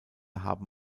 haben